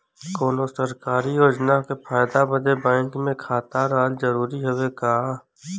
कौनो सरकारी योजना के फायदा बदे बैंक मे खाता रहल जरूरी हवे का?